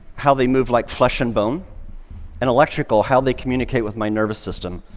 how they move like flesh and bone and electrical, how they communicate with my nervous system.